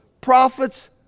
prophets